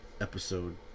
Episode